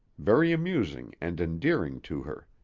very amusing and endearing to her.